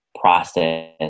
process